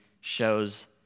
shows